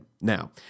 Now